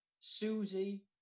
Susie